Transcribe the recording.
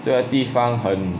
这地方很